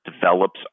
develops